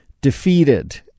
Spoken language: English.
defeated